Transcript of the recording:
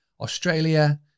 Australia